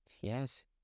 Yes